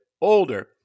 older